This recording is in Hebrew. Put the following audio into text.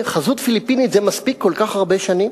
חזות פיליפינית, זה מספיק כל כך הרבה שנים?